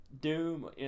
Doom